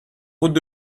routes